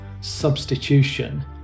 substitution